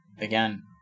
again